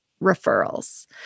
referrals